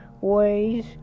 ways